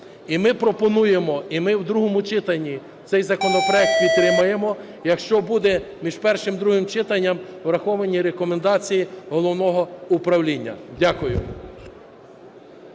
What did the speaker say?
даний законопроект і ми в другому читанні цей законопроект підтримаємо, якщо будуть між першим і другим читанням враховані рекомендації головного управління. Дякую.